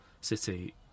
City